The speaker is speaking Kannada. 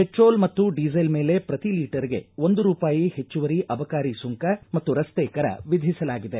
ಪೆಟ್ರೋಲ್ ಮತ್ತು ಡೀಸೆಲ್ ಮೇಲೆ ಪ್ರತಿ ಲೀಟರ್ಗೆ ಒಂದು ರೂಪಾಯಿ ಹೆಚ್ಚುವರಿ ಅಬಕಾರಿ ಸುಂಕ ಮತ್ತು ರಸ್ತೆ ಕರ ವಿಧಿಸಲಾಗಿದೆ